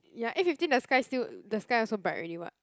ya eight fifteen the sky still the sky also bright already [what]